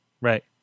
right